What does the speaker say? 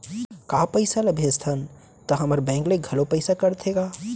का पइसा ला भेजथन त हमर बैंक ले घलो पइसा कटथे का?